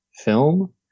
film